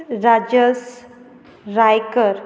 Rajas Raikar